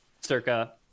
circa